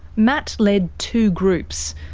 matt led two groups.